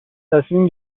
تصمیم